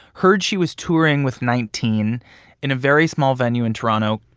heard she was touring with nineteen in a very small venue in toronto,